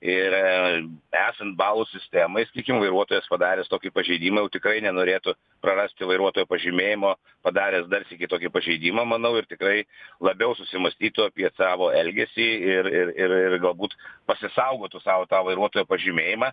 ir esant balų sistemai sakykim vairuotojas padaręs tokį pažeidimą jau tikrai nenorėtų prarasti vairuotojo pažymėjimo padaręs dar sykį tokį pažeidimą manau ir tikrai labiau susimąstytų apie savo elgesį ir ir ir ir galbūt pasisaugotų sau tą vairuotojo pažymėjimą